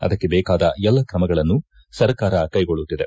ಅದಕ್ಕೆ ಬೇಕಾದ ಎಲ್ಲ ತ್ರಮಗಳನ್ನು ಸರಕಾರ ಕೈಗೊಳ್ಳುತ್ತಿದೆ